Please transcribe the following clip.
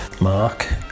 Mark